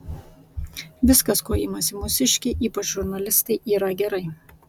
viskas ko imasi mūsiškiai ypač žurnalistai yra gerai